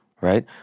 right